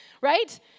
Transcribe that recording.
right